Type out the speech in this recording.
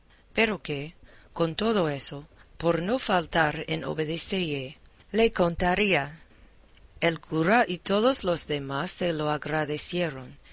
pero que con todo eso por no faltar en obedecelle le contaría el cura y todos los demás se lo agradecieron